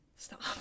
Stop